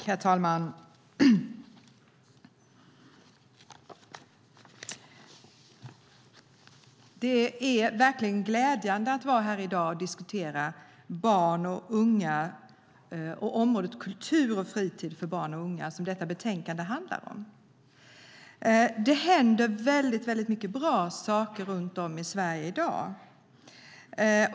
Herr talman! Det är verkligen glädjande att vara här i dag och diskutera området kultur och fritid för barn och unga, som detta betänkande handlar om. Det händer väldigt många bra saker runt om i Sverige i dag.